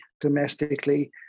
domestically